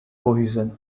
cohesion